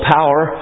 Power